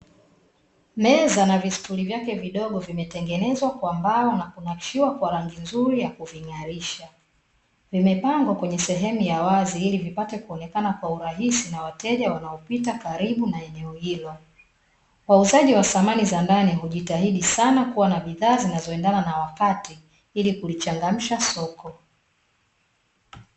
Meza na vistuli vyake vidogo vimetengenezwa kwa mbao na kunakishiwa kwa rangi nzuri ya kuving'arisha. Vimepangwa kwenye sehemu ya wazi ili vipate kuonekana kwa urahisi na wateja wanaopita karibu na eneo hilo. Wauzaji wa samani za ndani hujitahidi sana kuwa na bidhaa zinazoendana na wakati, ili kulichangamsha soko.